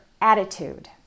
attitude